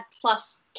plus